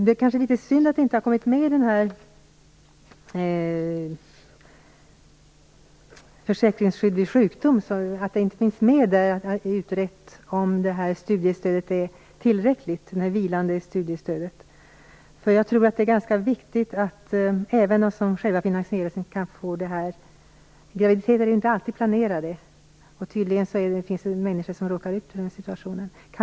Det är litet synd det i delbetänkandet Försäkringsskydd vid sjukdom inte finns utrett om det vilande studiestödet är tillräckligt. Jag tror att det är ganska viktigt att den som själv finansierar sina studier kan få del av detta. Graviditeter är inte alltid planerade, och det finns människor som råkar ut för den situationen.